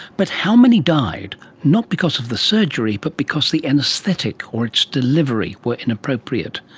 but how many died, not because of the surgery, but because the anaesthetic or its delivery were inappropriate?